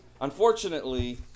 Unfortunately